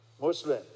Muslim